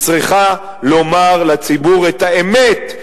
היא צריכה לומר לציבור את האמת,